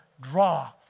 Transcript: draw